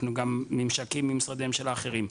גם ממשקים עם משרדי ממשלה אחרים.